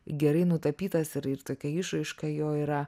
gerai nutapytas ir ir tokia išraiška jo yra